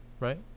right